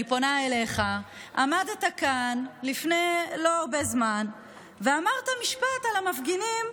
אני פונה אליך: עמדת כאן לפני לא הרבה זמן ואמרת משפט על המפגינים,